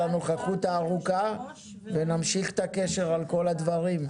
על הנוכחות הארוכה ונמשיך את הקשר על כל הדברים.